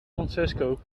francisco